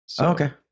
Okay